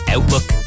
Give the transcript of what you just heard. Outlook